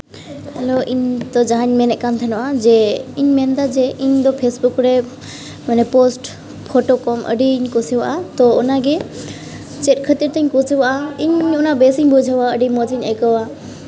hello ᱤᱧ ᱡᱟᱦᱟᱸ ᱱᱤᱛᱚᱜ ᱤᱧ ᱢᱮᱱᱮᱫ ᱛᱟᱦᱮᱱᱟ ᱡᱮ ᱤᱧ ᱢᱮᱱᱮᱫᱟ ᱡᱮ ᱤᱧᱫᱚ ᱯᱷᱮᱥᱵᱩᱠ ᱨᱮ ᱢᱟᱱᱮ ᱯᱳᱥᱴ ᱠᱚ ᱟᱹᱰᱤᱧ ᱠᱩᱥᱤᱭᱟᱜᱼᱟ ᱛᱚ ᱚᱱᱟᱜᱮ ᱪᱮᱫ ᱠᱷᱟᱹᱛᱤᱨ ᱛᱮᱧ ᱠᱩᱥᱤᱭᱟᱜᱼᱟ ᱤᱧ ᱚᱱᱟ ᱵᱮᱥ ᱤᱧ ᱵᱩᱡᱷᱟᱹᱣᱟ ᱟᱹᱰᱤ ᱢᱚᱡᱽ ᱤᱧ ᱟᱹᱭᱠᱟᱹᱣᱟ